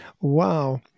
Wow